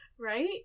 Right